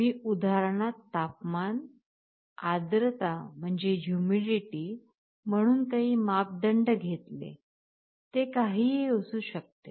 मी उदाहरणात तापमान आर्द्रता म्हणून काही मापदंड घेतले ते काहीही असू शकते